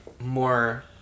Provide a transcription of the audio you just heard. More